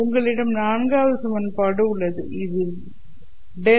உங்களிடம் நான்காவது சமன்பாடு உள்ளது இது ∇